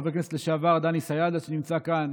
חבר הכנסת לשעבר דני סיידה נמצא כאן